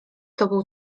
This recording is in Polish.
tobą